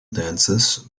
dances